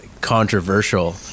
Controversial